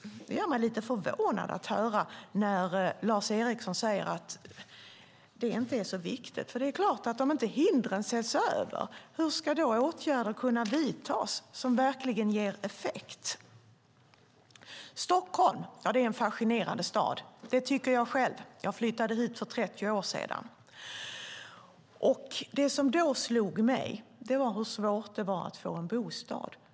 Det gör mig lite förvånad när Lars Eriksson säger att det inte är så viktigt, för om inte hindren ses över, hur ska då åtgärder kunna vidtas som verkligen ger effekt? Stockholm är en fascinerande stad. Det tycker jag själv. Jag flyttade hit för 30 år sedan. Det som då slog mig var hur svårt det var att få en bostad.